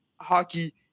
hockey